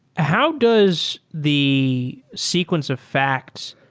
how does the sequence of facts,